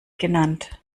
genannt